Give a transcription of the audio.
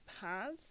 paths